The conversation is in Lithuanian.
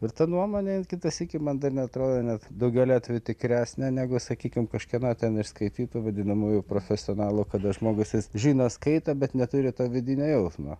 ir ta nuomonė jin kitą sykį man dar atrodė net daugeliu atveju tikresnė negu sakykim kažkieno ten išskaitytų vadinamųjų profesionalų kada žmogus jis žino skaito bet neturi to vidinio jausmo